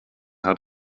hat